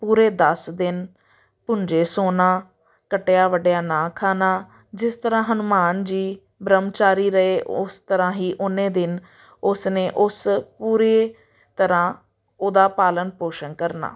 ਪੂਰੇ ਦੱਸ ਦਿਨ ਭੁੰਝੇ ਸੋਣਾ ਕੱਟਿਆ ਵੱਡਿਆ ਨਾ ਖਾਣਾ ਜਿਸ ਤਰ੍ਹਾਂ ਹਨੂੰਮਾਨ ਜੀ ਬ੍ਰਹਮਚਾਰੀ ਰਹੇ ਉਸ ਤਰ੍ਹਾਂ ਹੀ ਉਨੇ ਦਿਨ ਉਸਨੇ ਉਸ ਪੂਰੇ ਤਰ੍ਹਾਂ ਉਹਦਾ ਪਾਲਨ ਪੋਸ਼ਣ ਕਰਨਾ